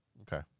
Okay